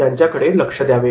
त्यांच्याकडे लक्ष द्यावे